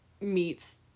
meets